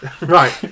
Right